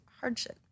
hardship